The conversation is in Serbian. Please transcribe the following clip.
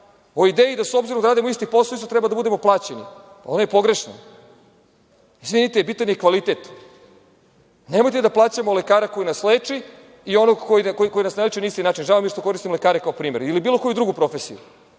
o ideji da s obzirom da radimo isti posao, isto treba da budemo plaćeni, ona je pogrešna. Izvinite, bitan je kvalitet. Nemojte da plaćamo lekara koji nas leči i onog koji nas ne leči na isti način. Žao mi je što koristim lekare kao primer, ili bilo koju drugu profesiju.